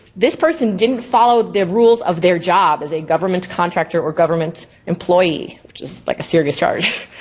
this person didn't follow their rules of their job as a government contractor or government employee, which is like a serious charge.